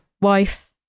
wife